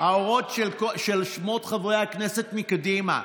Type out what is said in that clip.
של שמות חברי הכנסת מקדימה.